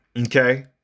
Okay